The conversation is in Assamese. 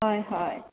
হয় হয়